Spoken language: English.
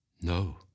No